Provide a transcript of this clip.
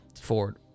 Ford